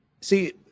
see